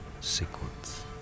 sequence